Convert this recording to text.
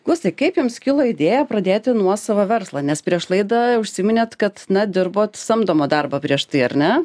gustai kaip jums kilo idėja pradėti nuosavą verslą nes prieš laidą užsiminėt kad na dirbot samdomą darbą prieš tai ar ne